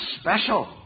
special